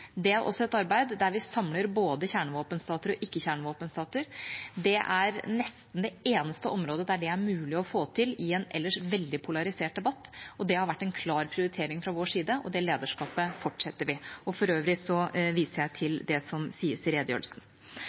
Det er også et arbeid der vi samler både kjernevåpenstater og ikke-kjernevåpenstater. Det er nesten det eneste området der det er mulig å få til i en ellers veldig polarisert debatt. Det har vært en klar prioritering fra vår side, og det lederskapet fortsetter vi. For øvrig viser jeg til det som sies i redegjørelsen.